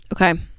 Okay